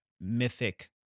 mythic